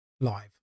live